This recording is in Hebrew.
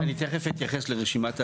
אני תכף אתייחס לרשימת האדריכלים.